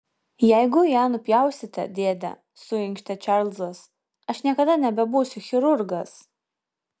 jeigu ją nupjausite dėde suinkštė čarlzas aš niekada nebebūsiu chirurgas